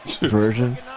version